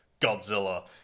Godzilla